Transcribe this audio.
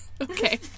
Okay